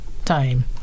time